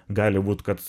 gali būt kad